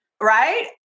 right